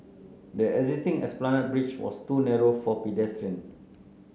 the existing Esplanade Bridge was too narrow for pedestrians